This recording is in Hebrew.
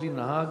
בלי נהג,